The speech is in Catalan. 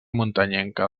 muntanyenca